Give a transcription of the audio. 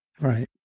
Right